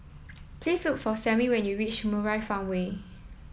please look for Samie when you reach Murai Farmway